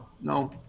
no